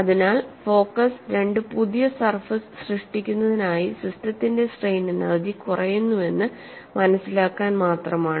അതിനാൽ ഫോക്കസ് രണ്ട് പുതിയ സർഫസ് സൃഷ്ടിക്കുന്നതിനായി സിസ്റ്റത്തിന്റെ സ്ട്രെയിൻ എനർജി കുറയുന്നുവെന്ന് മനസിലാക്കാൻ മാത്രമാണ്